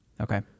Okay